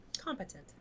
Competent